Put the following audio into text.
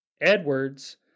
Edwards